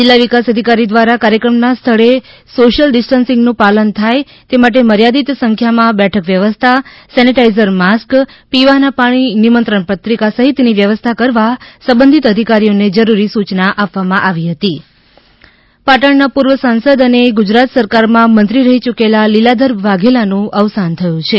જિલ્લા વિકાસ અધિકારી દ્વારા કાર્યક્રમના સ્થળે સોશ્યિલ ડિસ્ટન્સનું પાલન થાય તે માટે મર્યાદિત સંખ્યામાં બેઠક વ્યવસ્થા સેનેટાઇઝર માસ્ક પીવાના પાણી નિમંત્રણ પત્રિકા સહિતની વ્યવસ્થા કરવા સબંધિત અધિકારીઓને જરૂરી સુચના આપી હતી લીલાધર વાઘેલાનું અવસાન પાટણના પૂર્વ સાંસદ અને ગુજરાત સરકારમાં મંત્રી રહી યૂકેલા લીલાધર વાઘેલાનું અવસાન થયું છે